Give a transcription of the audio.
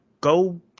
go